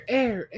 air